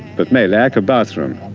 but may lack a bathroom.